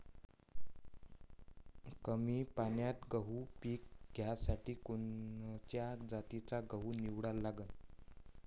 कमी पान्यात गव्हाचं पीक घ्यासाठी कोनच्या जातीचा गहू निवडा लागन?